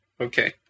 okay